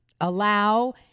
Allow